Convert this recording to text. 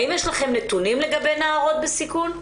האם יש לכם נתונים לגבי נערות בסיכון?